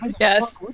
Yes